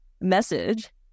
message